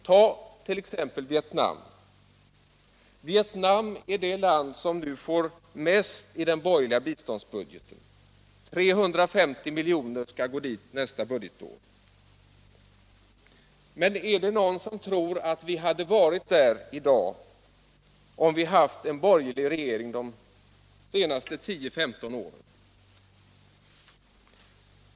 Tag t.ex. Vietnam! Vietnam är det land som nu får det största anslaget i den borgerliga biståndsbudgeten —- 350 milj.kr. skall gå dit nästa budgetår. Men är det någon som tror att vi hade varit där i dag, om vi hade haft en borgerlig regering de senaste 10-15 åren?